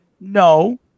no